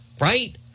right